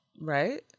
right